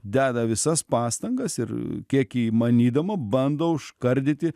deda visas pastangas ir kiek įmanydama bando užkardyti